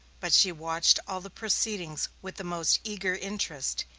but she watched all the proceedings with the most eager interest,